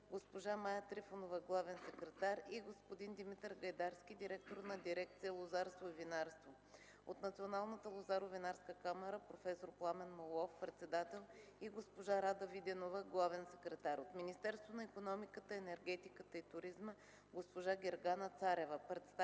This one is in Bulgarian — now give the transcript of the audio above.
госпожа Мая Трифонова – главен секретар, и господин Димитър Гайдарски – директор на дирекция „Лозарство и винарство”; от Националната лозаро-винарска камара: проф. Пламен Моллов – председател, и госпожа Рада Виденова – главен секретар; от Министерството на икономиката, енергетиката и туризма: госпожа Гергана Царева;